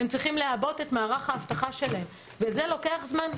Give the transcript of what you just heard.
אבל הם צריכים לעבות את מערך האבטחה שלהם וזה לוקח זמן.